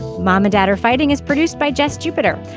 mom and dad are fighting is produced by jess jupiter.